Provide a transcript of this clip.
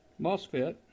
MOSFET